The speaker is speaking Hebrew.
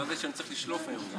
אבל לא ידעתי שאני אצטרך לשלוף היום.